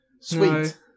sweet